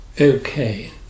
okay